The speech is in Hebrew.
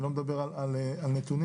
אני לא מדבר על נתונים,